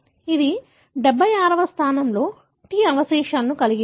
ఇది 76 వ స్థానంలో T అవశేషాలను కలిగి ఉంది